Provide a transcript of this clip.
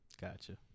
Gotcha